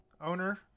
owner